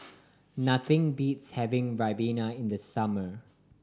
nothing beats having ribena in the summer